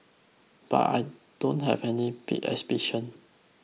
but I don't have any big ambition